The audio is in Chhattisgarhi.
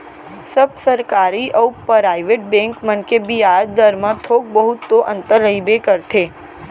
सब सरकारी अउ पराइवेट बेंक मन के बियाज दर म थोक बहुत तो अंतर रहिबे करथे